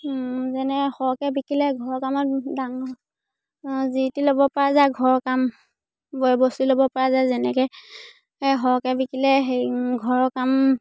যেনে সৰহকৈ বিকিলে ঘৰৰ কামত ডাঙৰ যি টি ল'বপৰা যায় ঘৰৰ কাম বয় বস্তু ল'বপৰা যায় যেনেকৈ সৰহকৈ বিকিলে হেৰি ঘৰৰ কাম